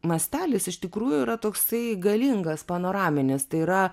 mastelis iš tikrųjų yra toksai galingas panoraminįs tai yra